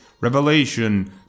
Revelation